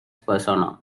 persona